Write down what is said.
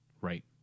Right